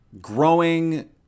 growing